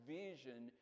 vision